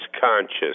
conscious